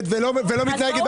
מתנהגת